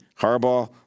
Harbaugh